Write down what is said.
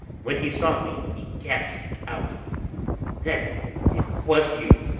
when he saw me, he gasped out then it was you,